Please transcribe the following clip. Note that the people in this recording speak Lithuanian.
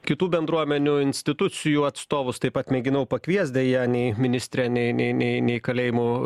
kitų bendruomenių institucijų atstovus taip pat mėginau pakviest deja nei ministrė nei nei nei nei kalėjimų